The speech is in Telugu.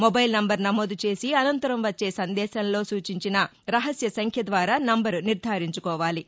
మొబైల్ సంబర్ సమోదు చేసి అనంతరం వచ్చే సందేశంలో సూచించిన రహస్య సంఖ్య ద్వారా నెంబరు నిర్దారించుకోవాలి